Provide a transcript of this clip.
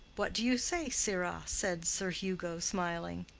what do you say, sirrah? said sir hugo, smiling.